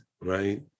right